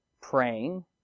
praying